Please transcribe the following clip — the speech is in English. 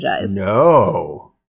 No